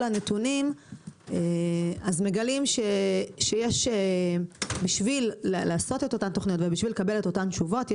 לנתונים מגלים שבשביל לעשות את אותן תכניות ובשביל לקבל את אותן תשובות,